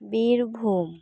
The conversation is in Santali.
ᱵᱤᱨᱵᱷᱩᱢ